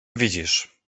widzisz